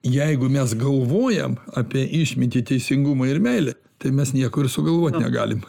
jeigu mes galvojam apie išmintį teisingumą ir meilę tai mes nieko ir sugalvot negalim